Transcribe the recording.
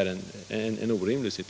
restiderna blir så mycket längre.